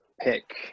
pick